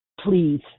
Please